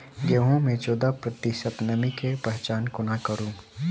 गेंहूँ मे चौदह प्रतिशत नमी केँ पहचान कोना करू?